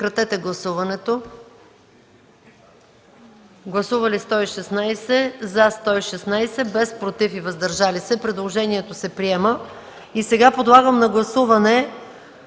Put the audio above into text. Сега подлагам на гласуване